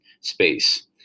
space